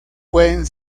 pueden